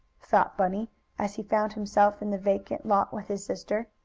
thought bunny as he found himself in the vacant lot with his sister.